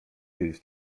kiedyś